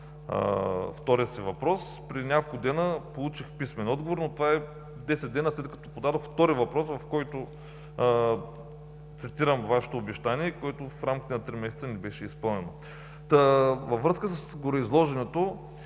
втория си въпрос, преди няколко дни получих писмен отговор, но това е десет дни след като подадох втори въпрос, в който цитирам Вашето обещание, което в рамките на три месеца не беше изпълнено. Та във връзка с гореизложеното